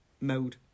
Mode